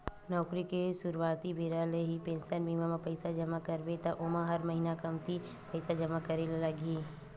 नउकरी के सुरवाती बेरा ले ही पेंसन बीमा म पइसा जमा करबे त ओमा हर महिना कमती पइसा जमा करे ल लगही